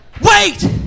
Wait